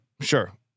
sure